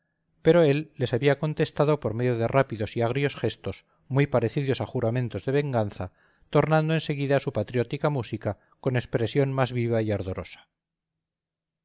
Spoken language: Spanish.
pero él les había contestado por medio de rápidos y agrios gestos muy parecidos a juramentos de venganza tornando en seguida a su patriótica música con expresión más viva y ardorosa